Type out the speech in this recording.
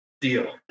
deal